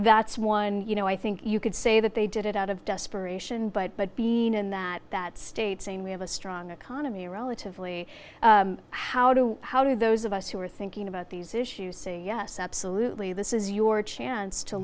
that's one you know i think you could say that they did it out of desperation but but being in that that state saying we have a strong economy relatively how do how do those of us who are thinking about these issues say yes absolutely this is your chance to